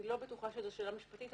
אני לא בטוחה שזו שאלה משפטית.